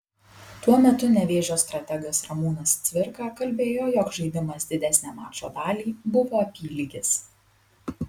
tuo metu nevėžio strategas ramūnas cvirka kalbėjo jog žaidimas didesnę mačo dalį buvo apylygis